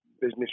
business